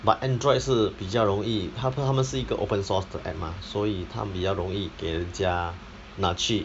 but Android 是比较容易它它们是一个 open source 的 app mah 所以他们比较容易给人家拿去